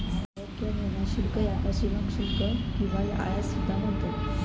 आयात किंवा निर्यात शुल्क याका सीमाशुल्क किंवा आयात सुद्धा म्हणतत